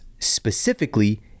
specifically